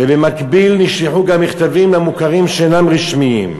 ובמקביל נשלחו מכתבים למוכרים שאינם רשמיים.